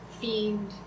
fiend